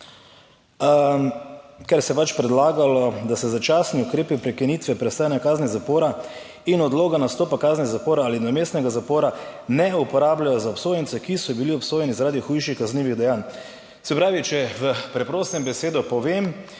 se je pač predlagalo, da se začasni ukrepi prekinitve prestajanja kazni zapora in odloga nastopa kazni zapora ali nadomestnega zapora ne uporabljajo za obsojence, ki so bili obsojeni, zaradi hujših kaznivih dejanj. Se pravi, če v preprostem besedo povem